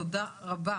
תודה רבה.